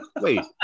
Wait